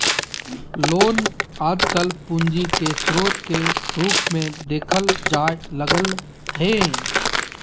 loan आजकल पूंजी के स्रोत के रूप मे देखल जाय लगलय हें